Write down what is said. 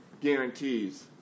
guarantees